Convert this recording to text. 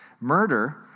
Murder